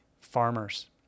farmers